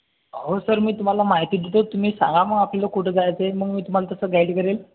हो सर मी तुम्हाला माहिती देतो तुम्ही सांगा मग आपल्याला कुठं जायचं आहे मग मी तुम्हाला मी तसं गाईड करेल